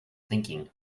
thinking